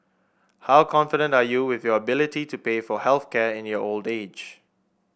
how confident are you with your ability to pay for health care in your old age